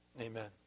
Amen